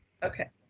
okay,